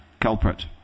culprit